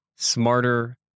smarter